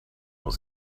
was